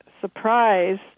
surprise